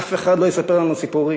שאף אחד לא יספר לנו סיפורים.